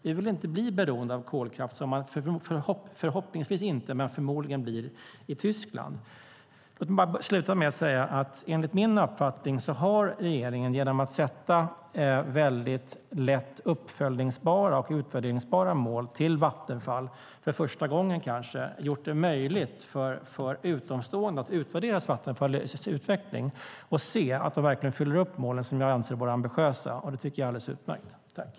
Vi vill inte bli beroende av kolkraft som man förmodligen - men förhoppningsvis inte - blir i Tyskland. Enligt min uppfattning har regeringen genom att sätta upp väldigt lätt uppföljbara och utvärderbara mål för Vattenfall kanske för första gången gjort det möjligt för utomstående att utvärdera Vattenfalls utveckling och se att de verkligen uppfyller målen, som jag anser vara ambitiösa. Det tycker jag är alldeles utmärkt.